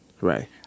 Right